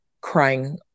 crying